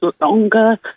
longer